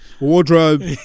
wardrobe